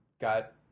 got